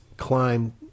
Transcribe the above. climb